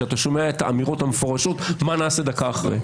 כשאתה שומע את האמירות המפורשות מה נעשה דקה אחרי.